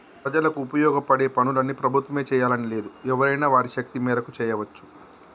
ప్రజలకు ఉపయోగపడే పనులన్నీ ప్రభుత్వమే చేయాలని లేదు ఎవరైనా వారి శక్తి మేరకు చేయవచ్చు